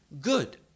good